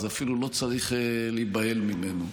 אז אפילו לא צריך להיבהל ממנו.